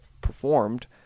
performed